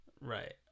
Right